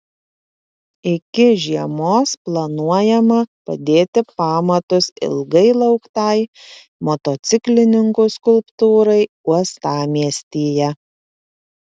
iki žiemos planuojama padėti pamatus ilgai lauktai motociklininkų skulptūrai uostamiestyje